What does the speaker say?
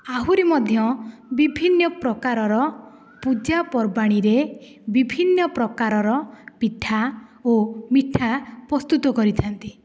ଆହୁରି ମଧ୍ୟ ବିଭିନ୍ନ ପ୍ରକାରର ପୂଜା ପର୍ବାଣିରେ ବିଭିନ୍ନ ପ୍ରକାରରର ପିଠା ଓ ମିଠା ପ୍ରସ୍ତୁତ କରିଥାନ୍ତି